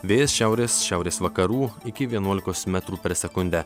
vėjas šiaurės šiaurės vakarų iki vienuolikos metrų per sekundę